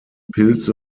pilze